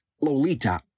Lolita